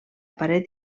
paret